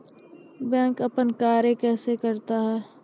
Bank अपन कार्य कैसे करते है?